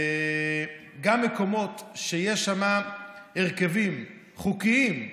גם מקומות שיש בהם הרכבים חוקיים,